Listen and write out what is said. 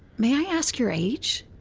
may i ask your age?